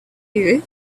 you